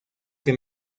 que